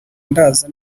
ndaza